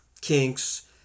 kinks